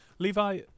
Levi